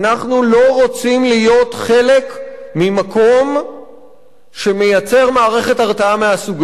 אנחנו לא רוצים להיות חלק ממקום שמייצר מערכת הרתעה מהסוג הזה.